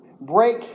break